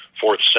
fourth